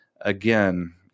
again